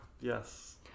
Yes